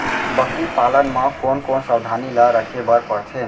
बकरी पालन म कोन कोन सावधानी ल रखे बर पढ़थे?